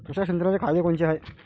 तुषार सिंचनाचे फायदे कोनचे हाये?